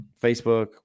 Facebook